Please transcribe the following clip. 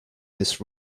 this